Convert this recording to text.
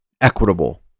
equitable